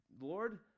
Lord